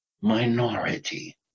minority